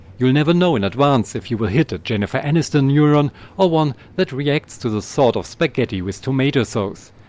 you'll never know in advance if you will hit a jennifer aniston neuron or one that reacts to the thought of spaghetti with tomato sauce.